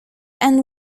and